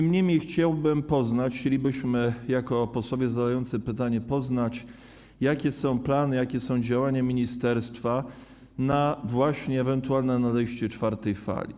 Niemniej jednak chciałbym poznać, chcielibyśmy jako posłowie zadający pytanie poznać, jakie są plany, jakie są działania ministerstwa, właśnie jeśli chodzi o ewentualne nadejście czwartej fali.